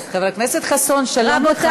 אתם מצטערים פתאום?